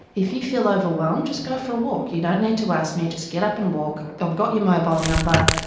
if you feel overwhelmed, just go for a walk, you don't need to ask me, just get up and walk, i've got your mobile number,